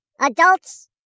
adults